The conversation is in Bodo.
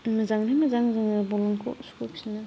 मोजाङै मोजां जों ल'नखौ सुख'फिनो